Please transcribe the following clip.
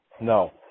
No